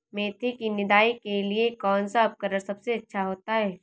मेथी की निदाई के लिए कौन सा उपकरण सबसे अच्छा होता है?